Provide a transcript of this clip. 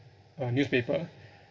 uh newspaper